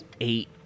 eight